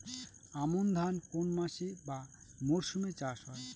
আমন ধান কোন মাসে বা মরশুমে চাষ হয়?